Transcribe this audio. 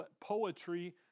poetry